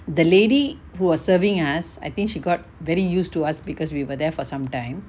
the lady who was serving us I think she got very used to us because we were there for some time